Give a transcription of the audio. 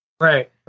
right